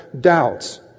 doubts